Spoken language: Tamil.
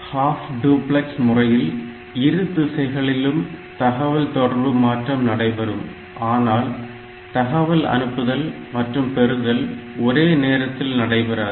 ஹாஃப் டுப்லக்ஸ் முறையில் இரு திசைகளிலும் தகவல்தொடர்பு மாற்றம் நடைபெறும் ஆனால் தகவல் அனுப்புதல் மற்றும் பெறுதல் ஒரேநேரத்தில் நடைபெறாது